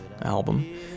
album